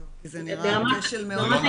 כי זה נראה כשל מאוד --- אני אדבר,